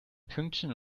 pünktchen